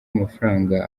w’amafaranga